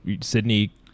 sydney